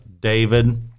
David